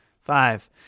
Five